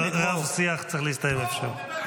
הרב-שיח צריך להסתיים איפשהו.